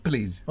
Please